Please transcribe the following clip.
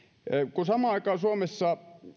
kun samaan aikaan suomessa